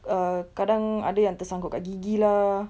err kadang ada yang tersangkut dekat gigi lah